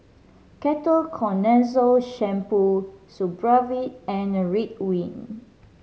Ketoconazole Shampoo Supravit and Ridwind